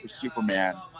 Superman